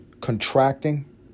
contracting